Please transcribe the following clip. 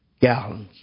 gallons